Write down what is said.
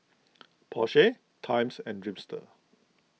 Porsche Times and Dreamster